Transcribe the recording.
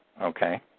Okay